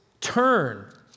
turn